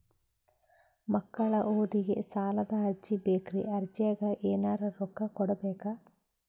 ಮಕ್ಕಳ ಓದಿಗಿ ಸಾಲದ ಅರ್ಜಿ ಬೇಕ್ರಿ ಅರ್ಜಿಗ ಎನರೆ ರೊಕ್ಕ ಕೊಡಬೇಕಾ?